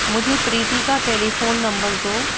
مجھے پریتی کا telephone number دو